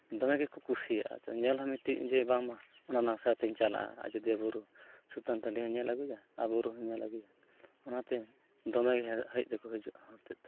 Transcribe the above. ᱫᱚᱢᱮ ᱜᱮᱠᱚ ᱠᱩᱥᱤᱭᱟᱜᱼᱟ ᱧᱮᱞ ᱦᱚᱸ ᱢᱤᱫᱴᱮᱱ ᱡᱮ ᱵᱟᱝᱢᱟ ᱚᱱᱟ ᱱᱟᱝᱥᱟ ᱛᱤᱧ ᱪᱟᱞᱟᱜᱼᱟ ᱟᱡᱳᱫᱤᱭᱟᱹ ᱵᱩᱨᱩ ᱥᱩᱛᱟᱹᱱ ᱴᱟᱺᱰᱤ ᱦᱚᱸᱧ ᱧᱮᱞ ᱟᱹᱜᱩᱭᱟ ᱟᱨ ᱵᱩᱨᱩ ᱦᱚᱸᱧ ᱧᱮᱞ ᱟᱹᱜᱩᱭᱟ ᱚᱱᱟᱛᱮ ᱫᱚᱢᱮᱜᱮ ᱦᱮᱡ ᱫᱚᱠᱚ ᱦᱤᱡᱩᱜᱼᱟ ᱦᱚᱲ ᱪᱮᱫ ᱫᱚ